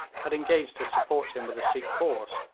had engaged to support him with a sikh force,